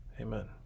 Amen